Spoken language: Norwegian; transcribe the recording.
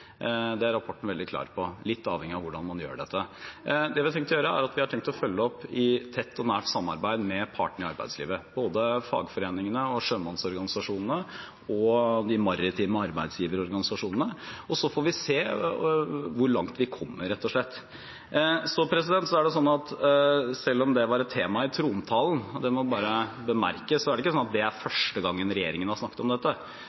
det er rapporten veldig klar på, litt avhengig av hvordan man gjør dette. Det vi har tenkt å gjøre, er å følge opp i tett og nært samarbeid med partene i arbeidslivet, både fagforeningene, sjømannsorganisasjonene og de maritime arbeidsgiverorganisasjonene. Så får vi se hvor langt vi kommer rett og slett. Selv om det var et tema i trontalen – det må bemerkes – er det ikke første gang regjeringen har snakket om dette.